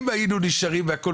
אם היינו נשארים ככה והכל